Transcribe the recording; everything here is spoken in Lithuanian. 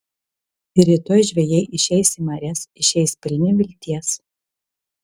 rytoj žvejai išeis į marias išeis pilni vilties